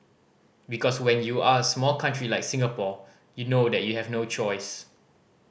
because when you are small country like Singapore you know that you have no choice